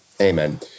Amen